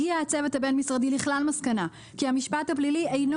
הגיע הצוות הבין משרדי לכלל מסקנה כי המשפט הפלילי אינו